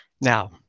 Now